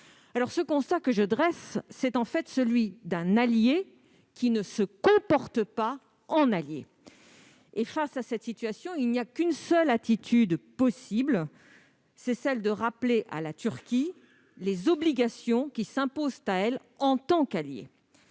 Le constat que je dresse est celui d'un allié qui ne se comporte pas en allié. Face à cette situation, il n'est qu'une seule attitude possible : rappeler à la Turquie les obligations qui s'imposent à elle en tant qu'alliée.